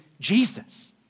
Jesus